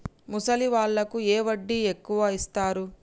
ముసలి వాళ్ళకు ఏ వడ్డీ ఎక్కువ ఇస్తారు?